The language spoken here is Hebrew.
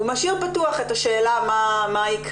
הוא משאיר פתוח את השאלה מה יקרה.